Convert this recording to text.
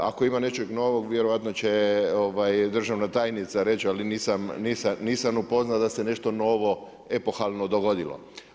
Ako ima nečeg novog, vjerojatno će državna tajnica reći, ali nisam upoznat da se nešto novo epohalno dogodilo.